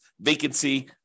vacancy